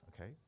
Okay